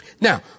Now